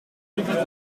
picked